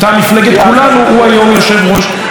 הוא היום יושב-ראש מפלגת העבודה.